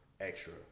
extra